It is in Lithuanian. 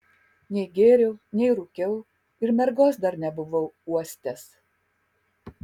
nei gėriau nei rūkiau ir mergos dar nebuvau uostęs